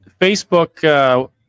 facebook